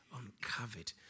uncovered